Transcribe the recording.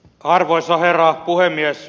arvoisa herra puhemies